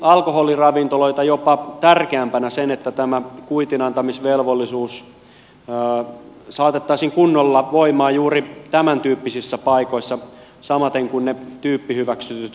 näkisin jopa alkoholiravintoloita tärkeämpänä sen että tämä kuitinantamisvelvollisuus saatettaisiin kunnolla voimaan juuri tämän tyyppisissä paikoissa samaten kuin ne tyyppihyväksytyt kassakoneetkin